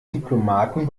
diplomaten